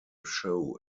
show